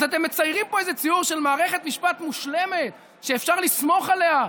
אז אתם מציירים פה איזה ציור של מערכת משפט מושלמת שאפשר לסמוך עליה,